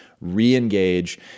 re-engage